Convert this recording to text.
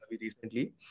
recently